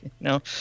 No